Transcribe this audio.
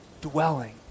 Dwelling